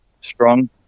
strong